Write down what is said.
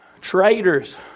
Traitors